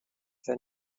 then